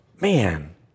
Man